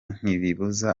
ntibibuza